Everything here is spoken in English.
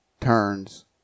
turns